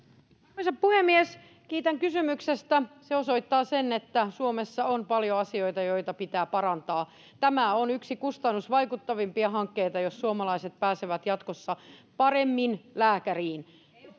arvoisa puhemies kiitän kysymyksestä se osoittaa sen että suomessa on paljon asioita joita pitää parantaa tämä on yksi kustannusvaikuttavimpia hankkeita jos suomalaiset pääsevät jatkossa paremmin lääkäriin